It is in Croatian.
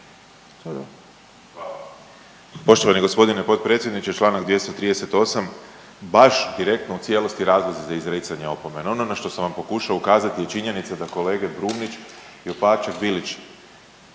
Peđa (SDP)** Poštovani g. potpredsjedniče. Čl. 238. baš direktno u cijelosti razlozi za izricanje opomene, ono na što vam pokušao ukazati je činjenica da kolege Brumnić i Opačak Bilić